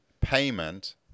payment